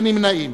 אין נמנעים.